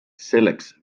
selleks